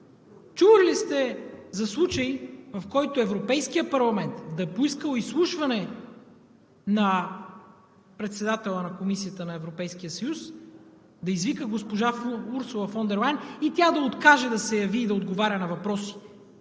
чували ли сте за случай, в който Европейският парламент да е поискал изслушване на председателя на Комисията на Европейския съюз, да извика госпожа Урсула фон дер Лайен и тя да откаже да се яви, за да отговаря на въпроси